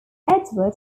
edward